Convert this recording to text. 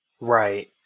right